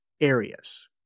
areas